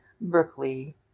Berkeley